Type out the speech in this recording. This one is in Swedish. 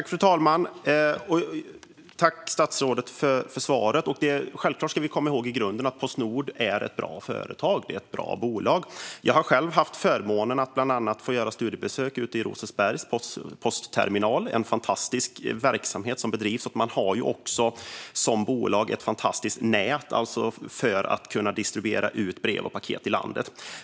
Fru talman! Tack, statsrådet, för svaret! Självklart ska vi komma ihåg att Postnord i grunden är ett bra företag. Det är ett bra bolag. Jag har själv haft förmånen att bland annat få göra studiebesök på Rosersbergs postterminal. Det är en fantastisk verksamhet som bedrivs. Bolaget har ett fantastiskt nät för att kunna distribuera brev och paket i landet.